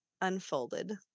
unfolded